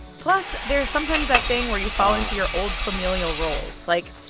plus, there's sometimes that thing where you fall into your old familial roles like,